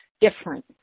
different